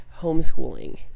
homeschooling